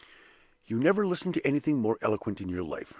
you never listened to anything more eloquent in your life.